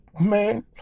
man